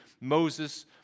Moses